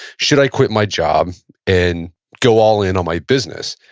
should i quit my job and go all in on my business?